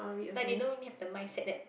like they don't really have the mindset that